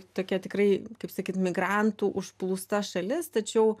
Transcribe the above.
tokia tikrai kaip sakyt migrantų užplūsta šalis tačiau